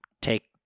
take